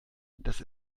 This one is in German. dass